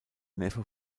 neffe